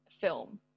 film